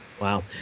Wow